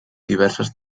diverses